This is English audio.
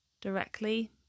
directly